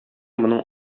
моның